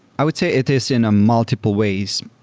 i would say it is in a multiple ways.